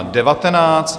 19.